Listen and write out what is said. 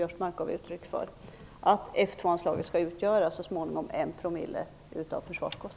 Biörsmark gav uttryck för, att F 2-anslaget så småningom skall utgöra 1